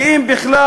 כי אם בכלל,